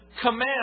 command